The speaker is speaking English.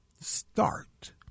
start